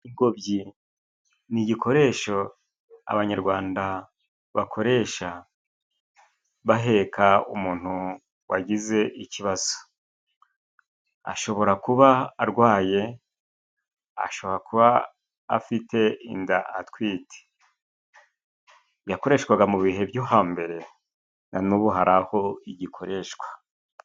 Ingobyi ni igikoresho abanyarwanda bakoresha baheka umuntu wagize ikibazo, ashobora kuba arwaye, ashobora kuba afite inda, atwite. Yakoreshwaga mu bihe byo hambere nanubu hari aho igikoreshwa.